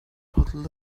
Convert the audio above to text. bottle